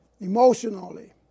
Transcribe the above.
emotionally